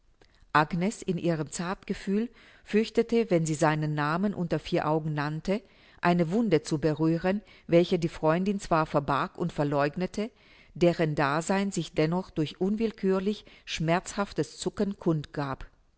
agnes in ihrem zartgefühl fürchtete wenn sie seinen namen unter vier augen nannte eine wunde zu berühren welche die freundin zwar verbarg und verläugnete deren dasein sich dennoch durch unwillkürlich schmerzhaftes zucken kund gab